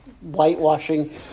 whitewashing